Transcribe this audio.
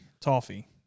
Toffee